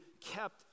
kept